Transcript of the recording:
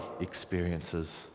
experiences